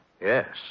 Yes